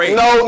no